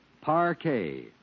parquet